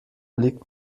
liegt